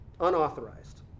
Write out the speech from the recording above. Unauthorized